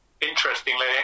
interestingly